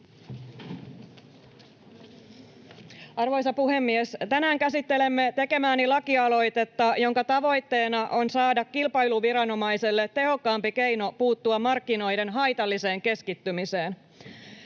Arvoisa puhemies! Tänään käsittelemme tekemääni lakialoitetta, jonka tavoitteena on saada kilpailuviranomaiselle tehokkaampi keino puuttua markkinoiden haitalliseen keskittymiseen.